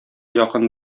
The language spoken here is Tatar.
якын